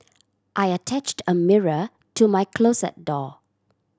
I attached a mirror to my closet door